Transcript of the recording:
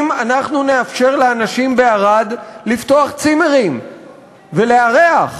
אם אנחנו נאפשר לאנשים בערד לפתוח צימרים ולארח.